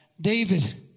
David